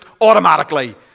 automatically